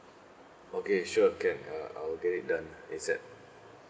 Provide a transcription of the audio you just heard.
okay sure can uh I'll get it done ASAP